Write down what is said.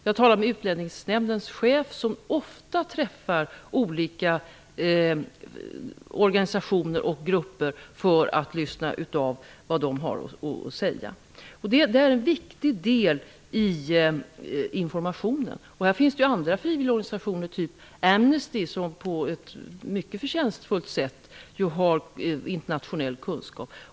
Jag har talat med Utlänningsnämndens chef, som ofta träffar representanter för olika organisationer och grupper för att lyssna på vad de har att säga. Det är en viktig del i informationen. Det finns andra frivilligorganisationer såsom Amnesty, som på ett mycket förtjänstfullt sätt har internationell kunskap.